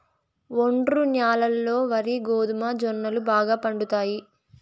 ఒండ్రు న్యాలల్లో వరి, గోధుమ, జొన్నలు బాగా పండుతాయి